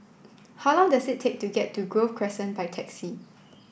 how long does it take to get to Grove Crescent by taxi